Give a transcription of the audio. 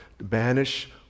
banish